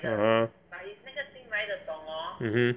(uh huh) mmhmm